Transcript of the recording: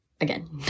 Again